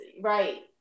Right